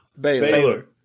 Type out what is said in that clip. Baylor